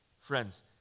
friends